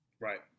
right